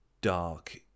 dark